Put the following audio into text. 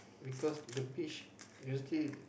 because the beach usually